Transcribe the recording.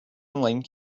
online